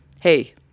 hey